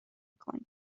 کنیم